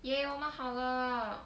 !yay! 我们好了